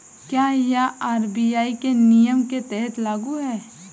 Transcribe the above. क्या यह आर.बी.आई के नियम के तहत लागू है?